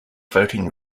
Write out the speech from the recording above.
voting